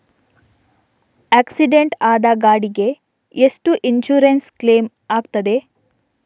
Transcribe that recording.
Accident ಆದ ಗಾಡಿಗೆ ಎಷ್ಟು ಇನ್ಸೂರೆನ್ಸ್ ಕ್ಲೇಮ್ ಆಗ್ತದೆ?